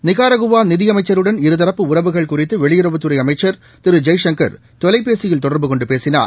Nicaragua நிதியமைச்சருடன் இரு தரப்பு உறவுகள் குறித்து வெளியுறவுத்துறை அமைச்ச் திரு ஜெய்சங்கள் தொலைபேசியில் தொடர்பு கொண்டு பேசினார்